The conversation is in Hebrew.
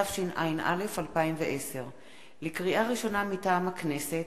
התשע"א 2010. לקריאה ראשונה, מטעם הכנסת: